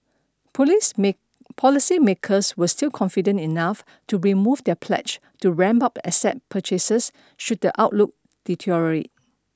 police may policy makers were still confident enough to remove their pledge to ramp up asset purchases should the outlook deteriorate